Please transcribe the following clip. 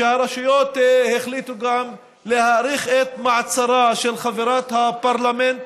שהרשויות החליטו להאריך את מעצרה של חברת הפרלמנט